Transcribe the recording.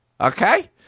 Okay